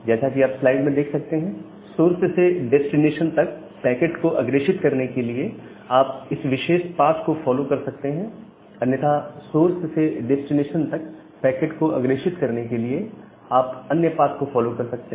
जैसा कि आप स्लाइड में देख सकते हैं सोर्स से डेस्टिनेशन तक पैकेट को अग्रेषित करने के लिए आप इस विशेष पाथ को फॉलो कर सकते हैं अन्यथा सोर्स से डेस्टिनेशन तक पैकेट को अग्रेषित करने के लिए आप अन्य पाथ को फॉलो कर सकते हैं